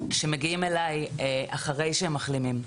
שמגיעים אליי אחרי שהם מחלימים.